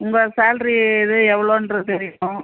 உங்கள் சால்ரி இது எவ்வளோன்றது தெரியணும்